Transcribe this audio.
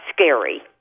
scary